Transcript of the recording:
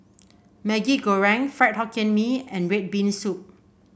Maggi Goreng Fried Hokkien Mee and red bean soup